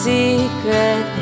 secret